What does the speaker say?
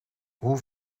hoe